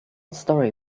story